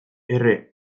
erre